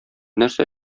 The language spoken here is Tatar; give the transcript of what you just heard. нәрсә